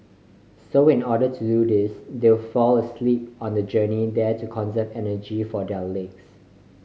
so in order to do this they'll fall asleep on the journey there to conserve energy for their legs